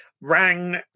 rang